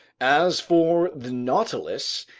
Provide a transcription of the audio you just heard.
as for the nautilus,